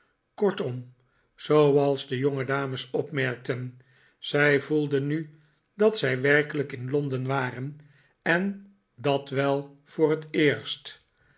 kortom zooals de jongedames opmerkten zij voelden nu dat zij werkelijk in londen waren en dat wel voor net eerst